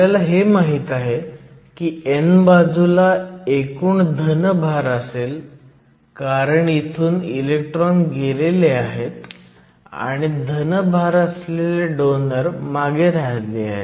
आपल्याला हे माहीत आहे की n बाजूला एकूण धन भार असेल कारण इथून इलेक्ट्रॉन गेले आहेत आणि धन भार असलेले डोनर मागे राहिले आहेत